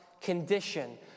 condition